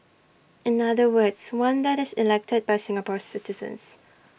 in other words one that is elected by Singapore citizens